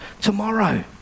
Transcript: tomorrow